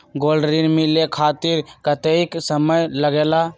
Gold ऋण मिले खातीर कतेइक समय लगेला?